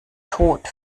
tot